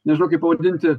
nežinau kaip pavadinti